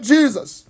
Jesus